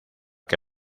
que